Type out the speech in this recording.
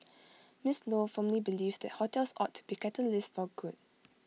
miss lo firmly believes that hotels ought to be catalysts for good